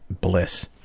bliss